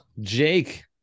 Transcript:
Jake